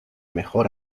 mejor